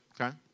okay